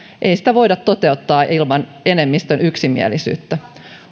ei sitä voida toteuttaa ilman enemmistön yksimielisyyttä